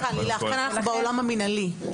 לילך, כאן אנחנו בעולם המנהלי.